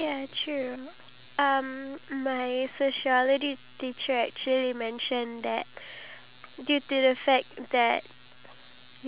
people face to face and if you can't do that then when it comes to group works group projects then you wouldn't be able to know how to c~ contribute